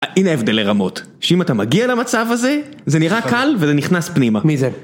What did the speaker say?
הנה הבדלח רמות, שאם אתה מגיע למצב הזה, זה נראה קל וזה נכנס פנימה. מי זה?